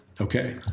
Okay